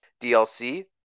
DLC